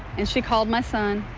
and she call my shon,